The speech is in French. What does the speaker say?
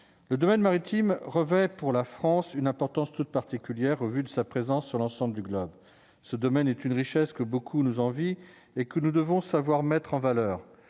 le domaine maritime revêt pour la France une importance toute particulière au vu de sa présence sur l'ensemble du globe, ce domaine est une richesse que beaucoup nous envient et que nous devons savoir mettre en valeur.